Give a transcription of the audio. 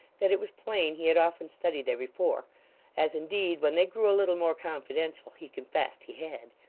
that it was plain he had often studied there before as indeed, when they grew a little more confidential, he confessed he had.